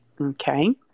okay